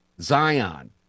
Zion